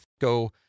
Go